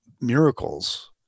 miracles